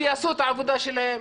שיעשו את העבודה שלהם.